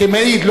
כמעיד,